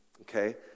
okay